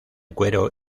cuero